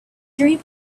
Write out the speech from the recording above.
dream